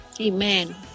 Amen